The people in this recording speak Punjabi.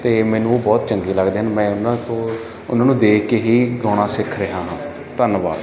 ਅਤੇ ਮੈਨੂੰ ਉਹ ਬਹੁਤ ਚੰਗੇ ਲੱਗਦੇ ਹਨ ਮੈਂ ਉਹਨਾਂ ਤੋਂ ਉਹਨਾਂ ਨੂੰ ਦੇਖ ਕੇ ਹੀ ਗਾਉਣਾ ਸਿੱਖ ਰਿਹਾ ਹਾਂ ਧੰਨਵਾਦ